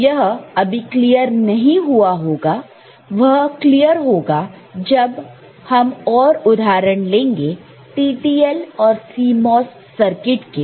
तो यह अभी क्लियर नहीं हुआ होगा वह क्लियर होगा जब हम और उदाहरण लेंगे TTL और CMOS सर्किट के